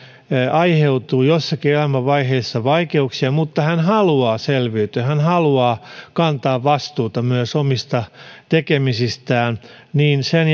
aiheutuu jossakin elämänvaiheessa vaikeuksia mutta hän haluaa selviytyä haluaa kantaa vastuuta myös omista tekemisistään niin sen